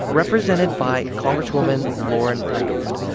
represented by congresswoman lauren underwood.